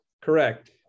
Correct